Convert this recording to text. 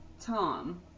Tom